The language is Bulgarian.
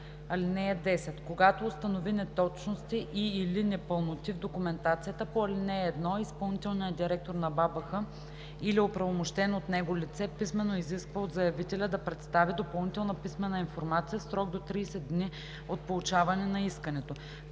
11: „(10) Когато установи неточности и/или непълноти в документацията по ал. 1, изпълнителният директор на БАБХ или оправомощено от него лице писмено изисква от заявителя да представи допълнителна писмена информация в срок до 30 дни от получаване на искането.